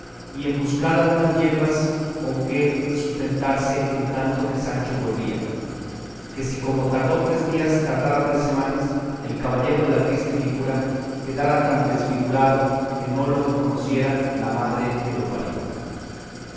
y en buscar algunas yerbas con que sustentarse en tanto que sancho volvía que si como tardó tres días tardara tres semanas el caballero de la triste figura quedara tan desfigurado que no le conociera la madre que lo parió